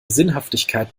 sinnhaftigkeit